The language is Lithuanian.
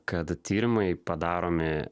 kad tyrimai padaromi